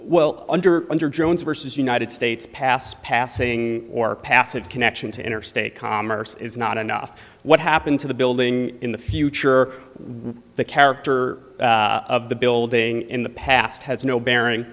well under under jones versus united states pass passing or passive connection to interstate commerce is not enough what happened to the building in the future the character of the building in the past has no bearing